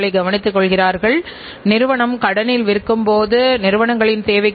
மேலும் இது பல நிறுவனங்கள் கூறும் கட்டுப்பாட்டு நுட்பங்களின் விளைவாகும்